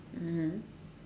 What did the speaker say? mmhmm